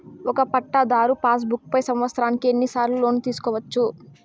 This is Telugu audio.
ఒక పట్టాధారు పాస్ బుక్ పై సంవత్సరానికి ఎన్ని సార్లు లోను తీసుకోవచ్చు?